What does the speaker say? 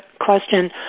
question